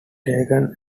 tokens